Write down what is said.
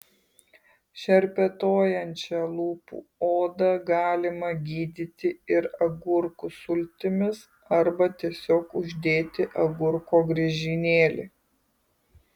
šerpetojančią lūpų odą galima gydyti ir agurkų sultimis arba tiesiog uždėti agurko griežinėlį